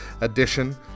edition